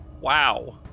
Wow